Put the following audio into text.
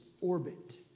orbit